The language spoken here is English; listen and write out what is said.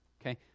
Okay